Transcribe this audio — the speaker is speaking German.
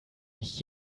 mich